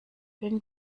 bin